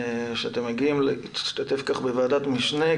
שאתם מגיעים להשתתף כך בוועדת משנה.